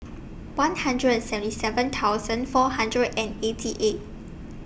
one hundred and seventy seven thousand four hundred and eighty eight